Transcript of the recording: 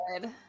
good